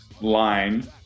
line